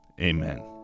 amen